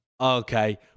Okay